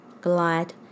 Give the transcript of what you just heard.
glide